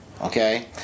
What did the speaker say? Okay